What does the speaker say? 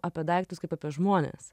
apie daiktus kaip apie žmones